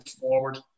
forward